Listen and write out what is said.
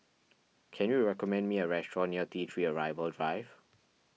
can you recommend me a restaurant near T three Arrival Drive